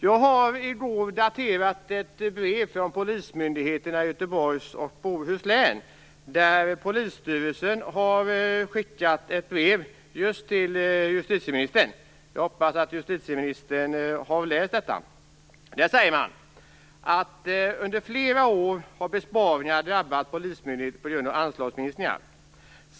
Jag fick i går kännedom om ett brev från polismyndigheten i Göteborgs och Bohus län. Polisstyrelsen har nämligen skickat ett brev till justitieministern. Jag hoppas att justitieministern har läst brevet. Där står det: Under flera år har besparingar drabbat polismyndigheten på grund av anslagsminskningar.